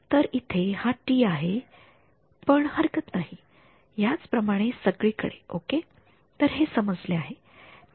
तर इथे हा टि आहे पण हरकत नाही याच प्रमाणे सगळीकडे ओके तर हे समजले आहे